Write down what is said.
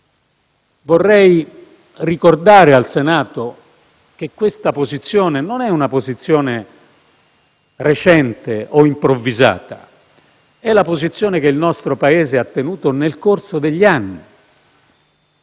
Vorrei ricordare al Senato che non si tratta di una posizione recente o improvvisata; è la posizione che il nostro Paese ha tenuto nel corso degli anni,